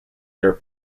their